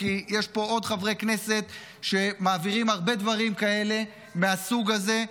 כי יש פה עוד חברי כנסת שמעבירים הרבה דברים כאלה מהסוג הזה,